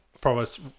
Promise